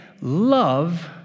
love